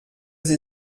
sie